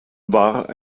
war